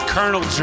Colonel